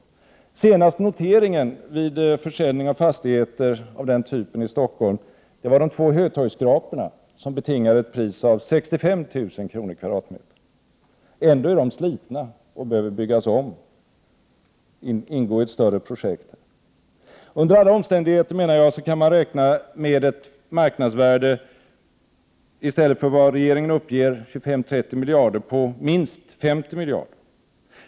Den senaste noteringen vid försäljning av fastigheter av den typen i Stockholm gällde de två Hötorgsskraporna, som betingade ett pris av 65 000 kr./m?. Ändå är de slitna och behöver byggas om. Under alla omständigheter kan man räkna med ett marknadsvärde på minst 50 miljarder, i stället för vad regeringen uppger, 25-30 miljarder.